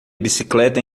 bicicleta